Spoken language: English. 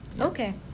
Okay